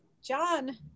john